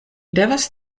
devas